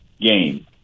game